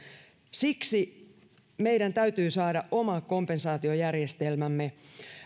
siksi meidän täytyy saada oma kompensaatiojärjestelmämme